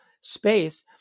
space